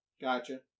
Gotcha